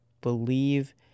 believe